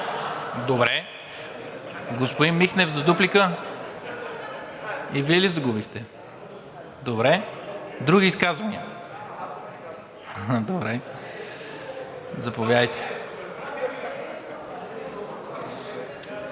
Добре. Господин Михнев, за дуплика. И Вие ли загубихте? Добре. Други изказвания? Заповядайте.